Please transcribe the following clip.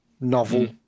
novel